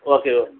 okay okay